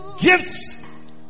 Gifts